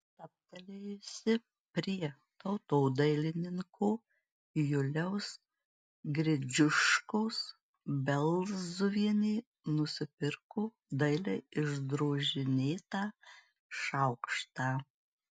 stabtelėjusi prie tautodailininko juliaus gridziuškos belzuvienė nusipirko dailiai išdrožinėtą šaukštą